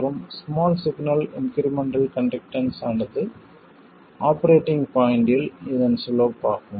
மற்றும் small signal incremental conductance ஆனது operating பாய்ண்ட்டில் இதன் சிலோப் ஆகும்